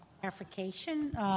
clarification